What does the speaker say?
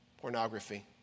Pornography